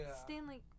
Stanley